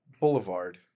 boulevard